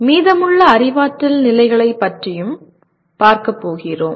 மீதமுள்ள அறிவாற்றல் நிலைகளைப் பற்றியும் பார்க்கப் போகிறோம்